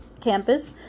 campus